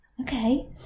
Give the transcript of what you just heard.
okay